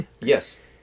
yes